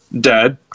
dead